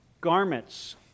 Garments